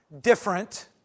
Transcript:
different